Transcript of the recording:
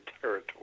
territory